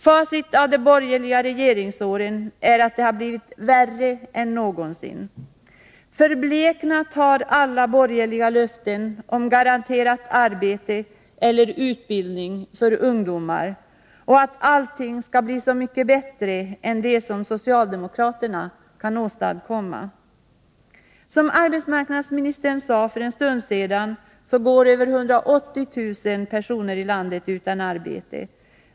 Facit av de borgerliga regeringsåren är att det har blivit värre än någonsin. Förbleknat har alla borgerliga löften om garanterat arbete eller utbildning för ungdomar och att allting skulle bli så mycket bättre än det som socialdemokraterna kunde åstadkomma. Som arbetsmarknadsministern sade för en stund sedan går över 180 000 personer i landet utan arbete.